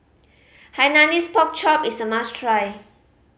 Hainanese Pork Chop is a must try